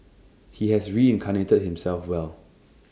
he has reincarnated himself well